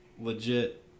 legit